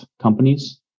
companies